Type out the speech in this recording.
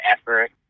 effort